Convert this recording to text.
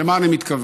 למה אני מתכוון?